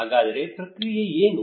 ಹಾಗಾದರೆ ಪ್ರಕ್ರಿಯೆ ಏನು